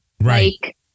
right